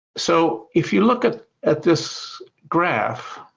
so if you look at at this graph,